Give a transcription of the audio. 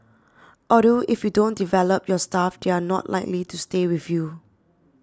although if you don't develop your staff they are not likely to stay with you